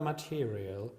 material